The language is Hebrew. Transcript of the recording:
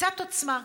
קצת עוצמה,